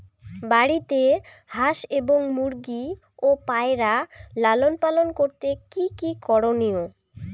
বাড়িতে হাঁস এবং মুরগি ও পায়রা লালন পালন করতে কী কী করণীয়?